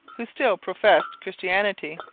who still professed christianity.